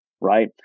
right